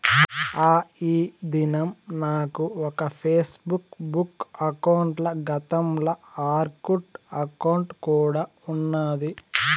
ఆ, ఈ దినం నాకు ఒక ఫేస్బుక్ బుక్ అకౌంటల, గతంల ఆర్కుట్ అకౌంటు కూడా ఉన్నాది